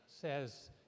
says